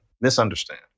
misunderstand